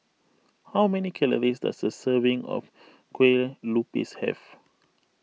how many calories does a serving of Kue Lupis have